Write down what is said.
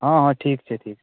हँ हँ ठीक छै ठीक छै